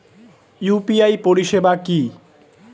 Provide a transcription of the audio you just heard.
UPI পরিষেবা কি?